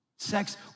Sex